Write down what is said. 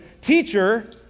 teacher